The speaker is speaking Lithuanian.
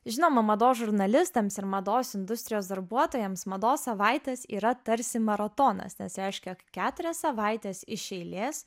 žinoma mados žurnalistams ir mados industrijos darbuotojams mados savaitės yra tarsi maratonas nes reiškia keturias savaites iš eilės